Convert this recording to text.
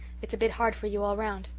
it's a bit hard for you all round.